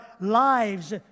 lives